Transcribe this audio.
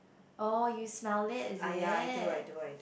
oh you smell it is it